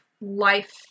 life